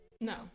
No